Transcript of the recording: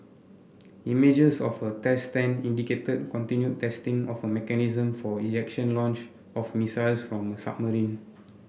images of a test stand indicated continued testing of a mechanism for ejection launch of missiles from a submarine